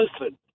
listen